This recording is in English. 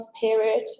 period